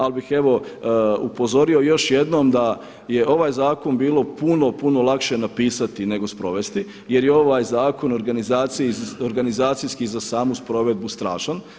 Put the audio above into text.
Ali bih evo upozorio još jednom da je ovaj zakon bilo puno, puno lakše napisati nego sprovesti jer je ovaj zakon organizacijski za samu sprovedbu strašan.